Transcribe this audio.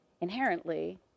inherently